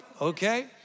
Okay